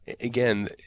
again